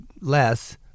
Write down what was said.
less